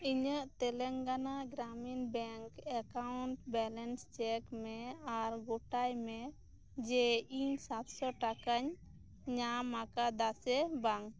ᱤᱧᱟᱹᱜ Telangana Grameena bank account balance check ᱢᱮ ᱟᱨ ᱜᱚᱴᱟᱭ ᱢᱮ ᱡᱮ ᱤᱧ ᱥᱟᱛᱥᱚ ᱴᱟᱠᱟᱧ ᱧᱟᱢ ᱟᱠᱟᱫᱟ ᱥᱮ ᱵᱟᱝ